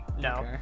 No